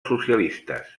socialistes